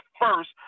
first